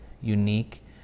unique